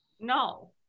no